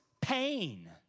pain